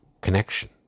connection